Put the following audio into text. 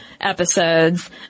episodes